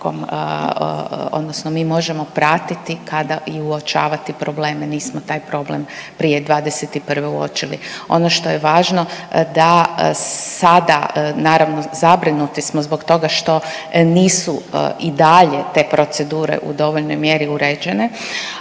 odnosno mi možemo pratiti kada i uočavati probleme. Nismo taj problem prije 2021. uočili. Ono što je važno da sada naravno zabrinuti smo zbog toga što nisu i dalje te procedure u dovoljnoj mjeri uređene,